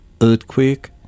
earthquake